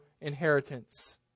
inheritance